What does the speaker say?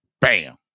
Bam